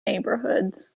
neighborhoods